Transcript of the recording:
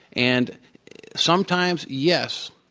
and sometimes, yes,